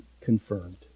confirmed